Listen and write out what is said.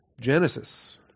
Genesis